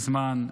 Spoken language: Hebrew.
זמן,